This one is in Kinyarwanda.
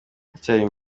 baracyari